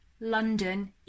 London